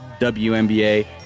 WNBA